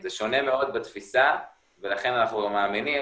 זה שונה מאוד בתפיסה ולכן אנחנו מאמינים,